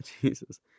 Jesus